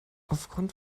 aufgrund